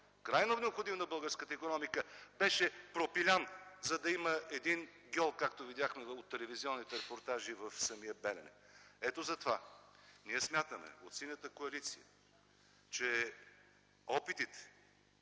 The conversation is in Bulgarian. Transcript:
крайно необходим на българската икономика, беше пропилян, за да има един гьол, както видяхме от телевизионните репортажи в самия Белене. Ето затова, ние от Синята коалиция смятаме,